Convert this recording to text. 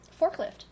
Forklift